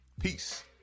Peace